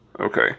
Okay